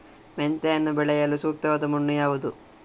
ಮೆಂತೆಯನ್ನು ಬೆಳೆಯಲು ಸೂಕ್ತವಾದ ಮಣ್ಣು ಯಾವುದು?